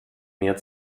mehr